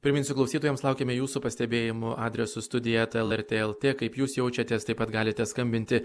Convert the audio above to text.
priminsiu klausytojams laukiame jūsų pastebėjimų adresu studija eta lrt lt kaip jūs jaučiatės taip pat galite skambinti